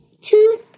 Two